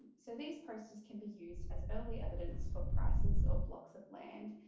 so these posters can be used as early evidence for prices of blocks of land,